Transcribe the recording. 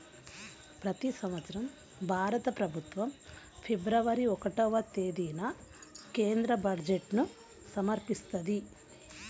ప్రతి సంవత్సరం భారత ప్రభుత్వం ఫిబ్రవరి ఒకటవ తేదీన కేంద్ర బడ్జెట్ను సమర్పిస్తది